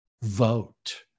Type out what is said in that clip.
Vote